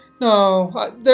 No